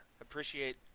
appreciate